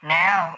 now